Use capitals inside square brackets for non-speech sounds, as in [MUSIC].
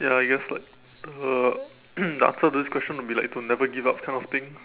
ya I guess like uh [COUGHS] the answer to this question will be like to never give up kind of thing